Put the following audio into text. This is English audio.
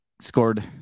scored